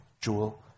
jewel